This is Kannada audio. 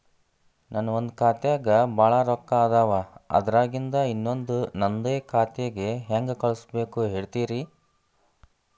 ನನ್ ಒಂದ್ ಖಾತ್ಯಾಗ್ ಭಾಳ್ ರೊಕ್ಕ ಅದಾವ, ಅದ್ರಾಗಿಂದ ಇನ್ನೊಂದ್ ನಂದೇ ಖಾತೆಗೆ ಹೆಂಗ್ ಕಳ್ಸ್ ಬೇಕು ಹೇಳ್ತೇರಿ?